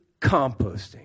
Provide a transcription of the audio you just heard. composting